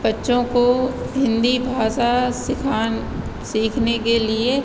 बच्चों को हिन्दी भाषा सिखाने सीखने के लिए